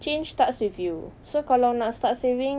change starts with you so kalau nak start saving